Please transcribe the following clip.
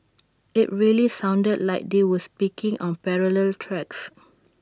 IT really sounded like they were speaking on parallel tracks